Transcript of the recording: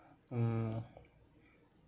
mm